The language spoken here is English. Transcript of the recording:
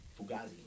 Fugazi